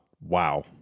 Wow